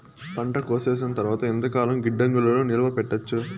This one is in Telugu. పంట కోసేసిన తర్వాత ఎంతకాలం గిడ్డంగులలో నిలువ పెట్టొచ్చు?